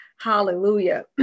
Hallelujah